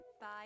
Bye